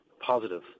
positive